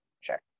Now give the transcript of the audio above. sure